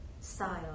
style